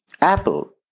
Apple